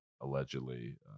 allegedly